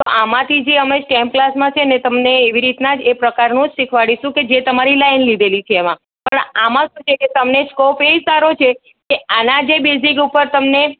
આમાંથી અમે સ્ટેમ ક્લાસમાં છે ને એવી રીતના જ એ પ્રકારનું જ શીખવાડીશું જે તમારી લાઈન લીધેલી છે એમાં પણ આમાં શું છે કે તમને સ્કોપ એ સારો છે કે આના જે બેસિક ઉપર તમને